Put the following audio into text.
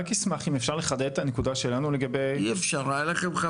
מעבר לזה,